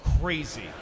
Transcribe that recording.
crazy